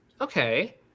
okay